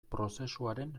prozesuaren